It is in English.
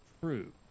true